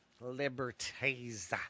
Liberties